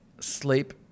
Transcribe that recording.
sleep